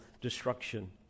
destruction